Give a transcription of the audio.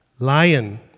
Lion